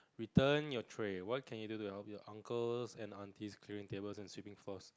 return your tray what can you do to help you uncles and aunties clearing tables and sweeping floors